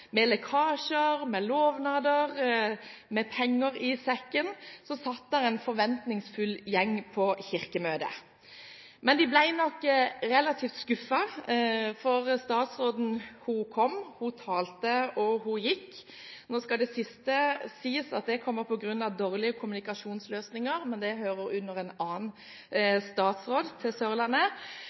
med lekkasjer, med lovnader, med penger i sekken – tror jeg det satt en forventningsfull gjeng i Kirkemøtet. Men de ble nok relativt skuffet, for statsråden kom, hun talte, og hun gikk. Nå skal det til det siste sies at det var på grunn av dårlige kommunikasjonsløsninger – men det hører inn under en annen statsråd